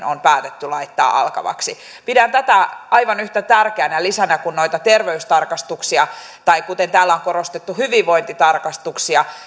on päätetty laittaa alkavaksi kaksituhattakahdeksantoista tämän esityksen valiokuntakäsittelyn jälkeen pidän tätä aivan yhtä tärkeänä lisänä kuin noita terveystarkastuksia tai kuten täällä on korostettu hyvinvointitarkastuksia